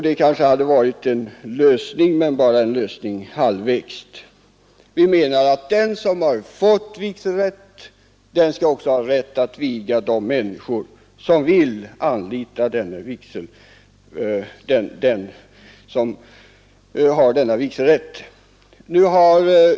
Det är enligt vår uppfattning bara en halv lösning. Vi menar att den som har fått vigselrätt också skall ha rätt att viga de människor som vill anlita honom eller henne.